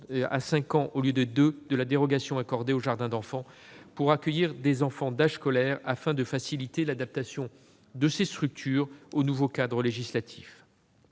à cinq ans, au lieu de deux, de la dérogation accordée aux jardins d'enfants pour accueillir des enfants d'âge scolaire. Ainsi, l'on pourra faciliter l'adaptation de ces structures au nouveau cadre législatif.